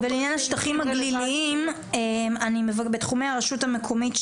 לעניין השטחים הגליליים בתחומי הרשות המקומית.